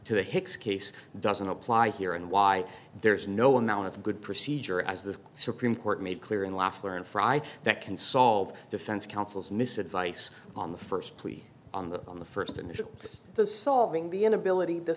to the hicks case doesn't apply here and why there is no amount of good procedure as the supreme court made clear in laughland friday that can solve defense counsel's mis advice on the first plea on the on the first initial the solving the inability to